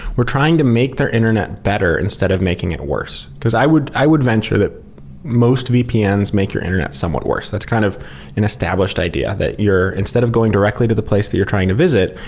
we're trying to make their internet better instead of making it worse. because i would i would venture that most vpns make your internet somewhat worse. that's kind of an established idea that instead of going directly to the place that you're trying to visit,